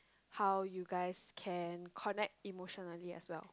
how you guys can connect emotionally as well